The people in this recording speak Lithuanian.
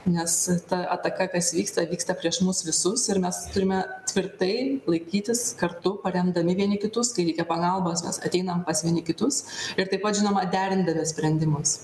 nes ta ataka kas vyksta vyksta prieš mus visus ir mes turime tvirtai laikytis kartu paremdami vieni kitus kai reikia pagalbos mes ateinam pas vieni kitus ir taip pat žinoma derindami sprendimus